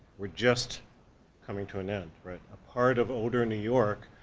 were just coming to an end, right. a part of older new york,